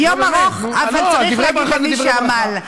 יום ארוך, אבל צריך להגיד למי שעמל.